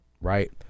right